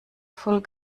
voll